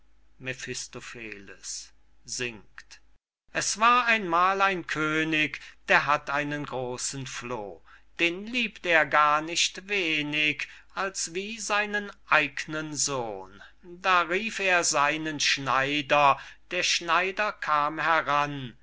es war einmal ein könig der hatt einen großen floh den liebt er gar nicht wenig als wie seinen eignen sohn da rief er seinen schneider der schneider kam heran